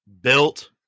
built